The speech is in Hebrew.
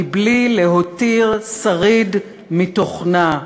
מבלי להותיר שריד מתוכנה".